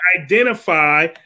identify